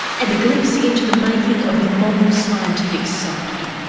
and the glimpse into the making of the modern scientific psyche.